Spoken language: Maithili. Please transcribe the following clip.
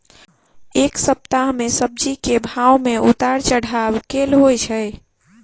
एक सप्ताह मे सब्जी केँ भाव मे उतार चढ़ाब केल होइ छै?